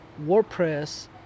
WordPress